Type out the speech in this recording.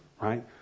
Right